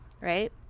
right